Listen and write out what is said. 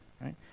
Right